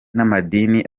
n’amadini